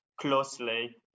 closely